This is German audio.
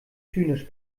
zynisch